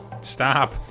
Stop